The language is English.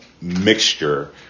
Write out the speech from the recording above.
mixture